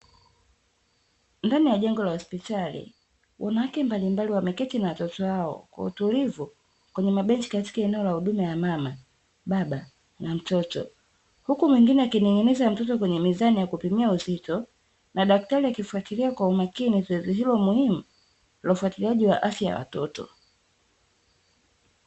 Ndani ya jengo la hospitali, wanawake mbalimbali wameketi na watoto wao, kwa utulivu kwenye mabenchi katika eneo la huduma ya mama, baba na mtoto, huku mwingine akining'iniza mtoto kwenye mizani ya kupima uzito, na daktari akifuatilia kwa umakini zoezi hilo muhimu la ufuatiliaji wa afya ya watoto.